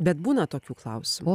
bet būna tokių klausimų